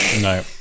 No